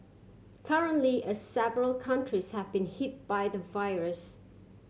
currently a several countries have been hit by the virus